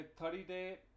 30-day